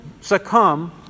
succumb